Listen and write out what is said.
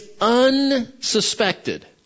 unsuspected